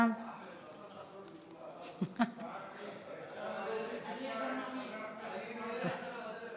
"אנו עַצמֵנו הורדנו ממרומים את דבר התוכחה,